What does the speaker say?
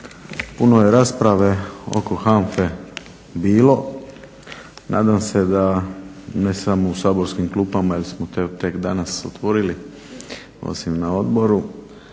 Puno je rasprave oko HANFA-e bilo, nadam se da ne samo u saborskim klupama jer smo to tek danas otvorili osim na odboru.